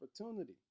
opportunity